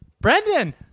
Brendan